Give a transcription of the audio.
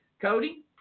Cody